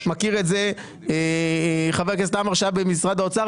מכיר את זה חבר הכנסת עמר שהיה במשרד האוצר,